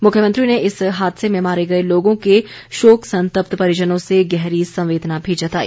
मुख्यमंत्री ने इस हादसे में मारे गए लोगों के शोक संतप्त परिजनों से गहरी संवेदना भी जताई